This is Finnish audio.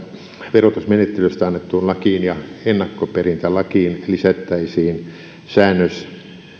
verotusmenettelystä annettuun lakiin ja ennakkoperintälakiin lisättäisiin säännös